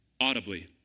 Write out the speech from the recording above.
audibly